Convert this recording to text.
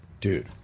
dude